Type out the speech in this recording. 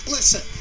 Listen